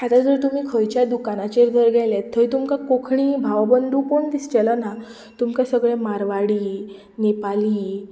आंतां जर तुमी खंयचे दुकानाचेर जर गेले थंय तुमकां कोंकणी भाव बंदू कोण दिसचेलो ना तुमकां सगळे मारवाडी नेपाळी